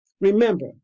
Remember